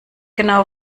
genau